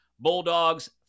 Bulldogs